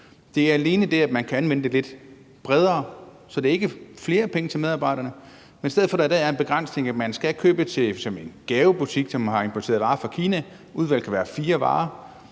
det er alene det, at man kan anvende det lidt bredere. Så det er ikke flere penge til medarbejderne, men at man, i stedet for at der er den begrænsning, at man skal købe i f.eks. en gavebutik, som har importeret varer fra Kina – udvalget kan være fire varer